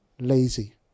lazy